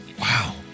Wow